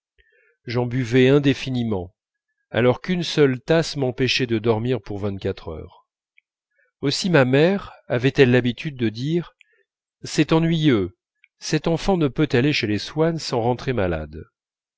j'en buvais indéfiniment alors qu'une seule tasse m'empêchait de dormir pour vingt-quatre heures aussi ma mère avait-elle l'habitude de dire c'est ennuyeux cet enfant ne peut aller chez les swann sans rentrer malade